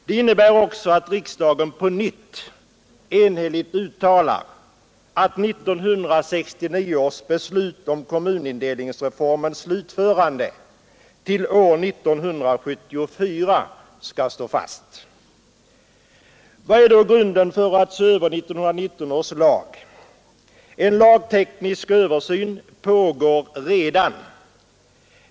Det innebär att riksdagen på nytt enhälligt uttalar att 1969 års beslut om kommunindelningsreformens slutförande till år 1974 skall stå fast. Vad är då grunden för att se över 1919 års lag? En lagteknisk översyn pågår redan.